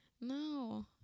No